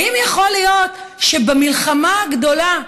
האם יכול להיות שבמלחמה הגדולה,